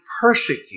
persecute